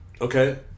okay